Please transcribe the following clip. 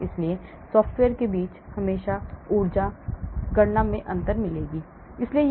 इसलिए सॉफ्टवेयर के बीच आपको हमेशा ऊर्जा गणना में अंतर मिलेगा